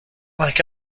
like